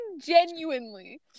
genuinely